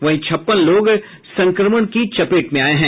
वहीं छप्पन लोग संक्रमण की चपेट में आये हैं